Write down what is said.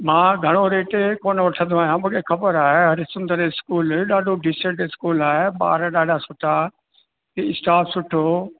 मां घणो रेट कोन वठंदो आहियां मूंखे ख़बर आहे हरिश्चंद्र स्कूल ॾाढो डिसेंट स्कूल आहे ॿार ॾाढा सुठा स्टाफ सुठो